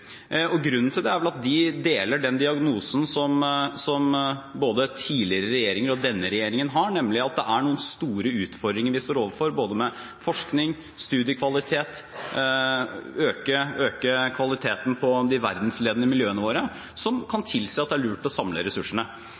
og denne regjeringen har, nemlig at vi står overfor noen store utfordringer når det gjelder både forskning, studiekvalitet og det å øke kvaliteten på de verdensledende miljøene våre, som kan tilsi at det er lurt å samle ressursene.